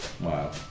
Wow